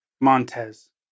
Montez